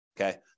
okay